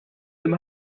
dem